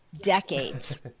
decades